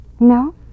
No